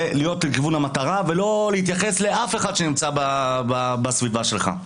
להיות לכיוון המטרה ולא להתייחס לאף אחד שנמצא בסביבה שלך.